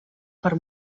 per